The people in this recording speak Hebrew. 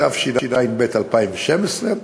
התשע"ב 2012,